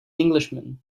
englishman